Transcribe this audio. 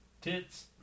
Tits